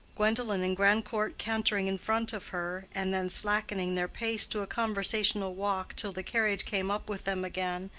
gwendolen and grandcourt cantering in front of her, and then slackening their pace to a conversational walk till the carriage came up with them again,